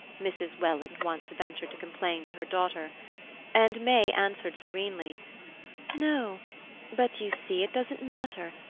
mrs. welland once ventured to complain to her daughter and may answered serenely no but you see it doesn't matter,